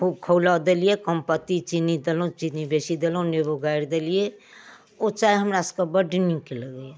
खूब खौलऽ देलियै कम पत्ती चीन्नी देलहुॅं चीन्नी बेसी देलहुॅं नेबो गारि देलियै ओ चाय हमरा सबके बड नीक लगैया